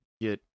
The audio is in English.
get